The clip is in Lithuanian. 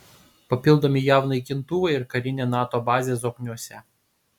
papildomi jav naikintuvai ir karinė nato bazė zokniuose